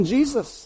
Jesus